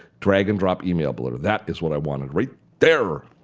drag and drop email below, that is what i wanted right there.